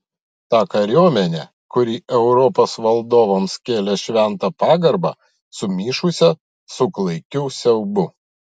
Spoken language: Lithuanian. tą kariuomenę kuri europos valdovams kėlė šventą pagarbą sumišusią su klaikiu siaubu